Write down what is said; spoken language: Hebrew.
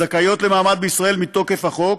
הזכאיות למעמד בישראל מתוקף החוק,